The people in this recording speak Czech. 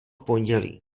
pondělí